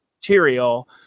material